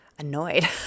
Annoyed